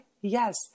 Yes